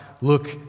look